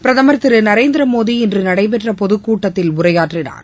பிரதமர் திரு நரேந்திரமோடி இன்று நடைபெற்ற பொதுக்கூட்டத்தில் உரையாற்றினார்